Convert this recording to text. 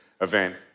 event